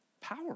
power